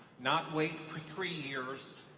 not wait for three years.